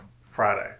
Friday